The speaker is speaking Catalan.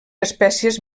espècies